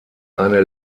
eine